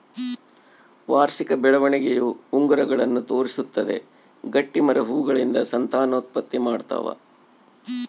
ವಾರ್ಷಿಕ ಬೆಳವಣಿಗೆಯ ಉಂಗುರಗಳನ್ನು ತೋರಿಸುತ್ತದೆ ಗಟ್ಟಿಮರ ಹೂಗಳಿಂದ ಸಂತಾನೋತ್ಪತ್ತಿ ಮಾಡ್ತಾವ